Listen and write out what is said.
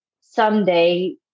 Someday